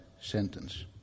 sentence